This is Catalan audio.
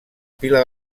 pila